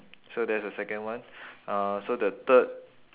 so that's the second one uh so the third